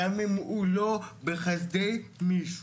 גם אם הוא לא בחסדי מישהו,